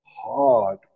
hard